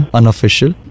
unofficial